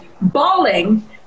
bawling